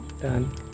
done